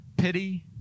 pity